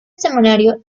semanario